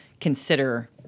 consider